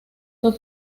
fue